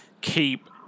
keep